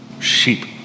Sheep